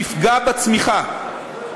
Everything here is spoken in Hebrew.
תפגע בצמיחה.